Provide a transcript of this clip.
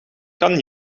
kan